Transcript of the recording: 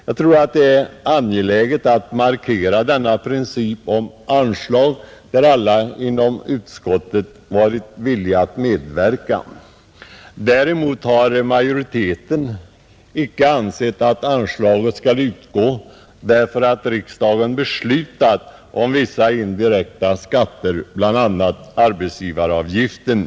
Jag tror att det är angeläget att markera denna princip om anslag, att alla inom utskottet varit villiga att medverka. Däremot har majoriteten icke ansett att anslaget skall utgå därför att riksdagen har beslutat om vissa indirekta skatter, bl.a. arbetsgivaravgiften.